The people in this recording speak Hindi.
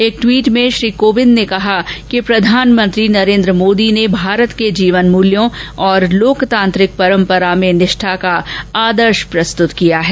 एक ट्वीट में श्री कोविंद ने कहा कि प्रधानमंत्री नरेंद्र मोदी ने भारत के जीवन मूल्यों और लोकतांत्रिक परंपरा में निष्ठा का आदर्श प्रस्तुत किया है